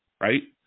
right